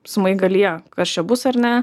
smaigalyje kas čia bus ar ne